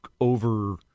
over